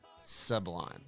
sublime